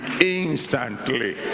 instantly